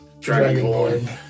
Dragonborn